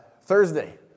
Thursday